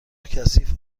کثیف